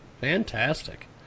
Fantastic